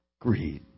greed